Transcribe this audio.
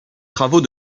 travaux